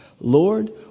Lord